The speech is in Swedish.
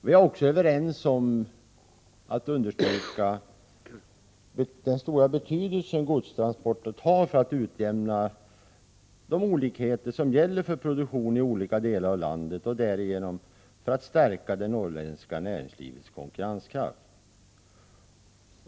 Vi är också överens när vi understryker den stora betydelse som godstransportstödet har för att utjämna de olikheter som gäller för produktion i olika delar av landet och därigenom stärka det norrländska näringslivets konkurrenskraft.